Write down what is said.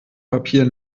papier